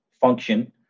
function